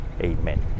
Amen